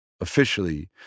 Officially